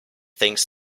thinks